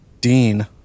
Dean